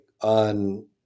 on